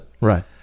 Right